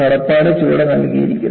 കടപ്പാട് ചുവടെ നൽകിയിരിക്കുന്നു